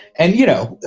and, you know,